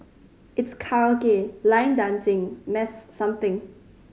it's karaoke line dancing mass something